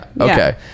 okay